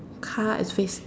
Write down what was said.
car is face